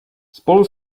spolu